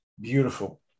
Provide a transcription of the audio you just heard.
Beautiful